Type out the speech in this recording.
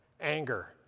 anger